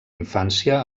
infància